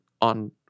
on